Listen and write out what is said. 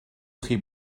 chi